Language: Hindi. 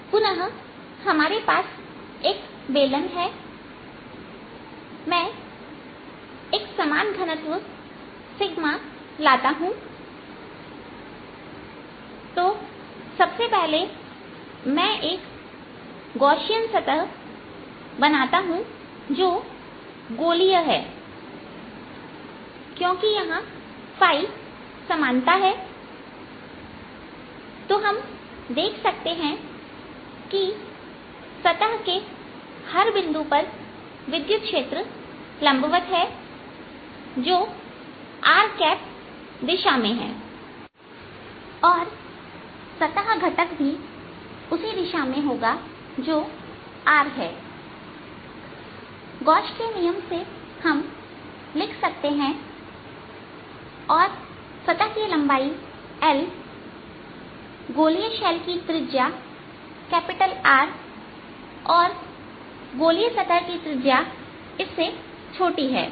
पुनः हमारे पास एक बेलन है मैं एक समान घनत्व लाता हूं तो सबसे पहले मैं एक गौशियन सतह बनाता हूं जो गोलीय है क्योंकि यहां समानता है तो हम देख सकते हैं की सतह के हर बिंदु पर विद्युत क्षेत्र लंबवत है जो rk दिशा में है और सतह घटक भी उसी दिशा में होगा जो R है गोश के नियम से हम लिख सकते हैं और सतह की लंबाई L गोलिय शैल की त्रिज्या R है और गौशियन सतह की त्रिज्या इससे छोटी है